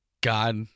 God